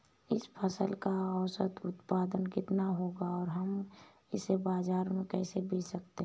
इस फसल का औसत उत्पादन कितना होगा और हम इसे बाजार में कैसे बेच सकते हैं?